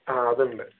ആ അതുണ്ട്